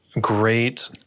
great